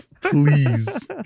please